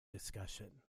discussion